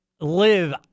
live